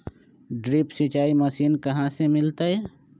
Drip सिंचाई machine कहाँ से मिलतै?